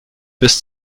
bis